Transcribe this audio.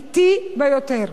אטי ביותר,